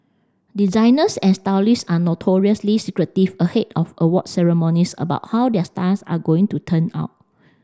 designers and stylists are notoriously secretive ahead of awards ceremonies about how their stars are going to turn out